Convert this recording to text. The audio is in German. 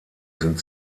sind